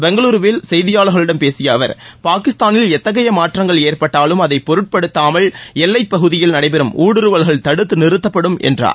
பெங்களூருவில் செய்தியாளர்களிடம் பேசிய அவர் பாகிஸ்தானில் எத்தகைய மாற்றங்கள் ஏற்பட்டாலும் அதை பொருட்படுத்தாமல் எல்லைப் பகுதியில் நடைபெறும் ஊடுருவல்கள் தடுத்து நிறுத்தப்படும் என்றார்